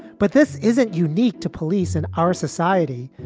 but this isn't unique to police and our society.